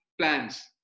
plans